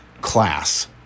class